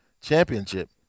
championship